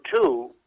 two